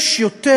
יש יותר,